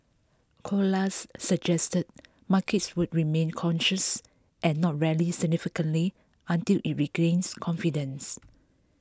Colas suggested markets would remain cautious and not rally significantly until it regains confidence